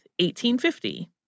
1850